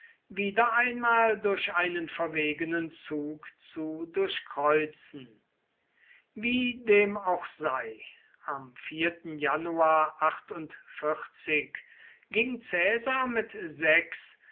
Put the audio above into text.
wieder einmal durch einen verwegenen zug zu durchkreuzen wie dem auch sei am januar ging caesar mit sechs